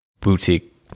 boutique